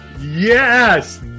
yes